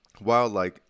wildlife